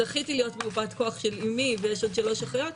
זכיתי להיות מיופת כוח של אימי ויש עוד שלוש אחיות,